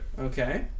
Okay